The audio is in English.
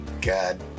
god